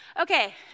Okay